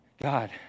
God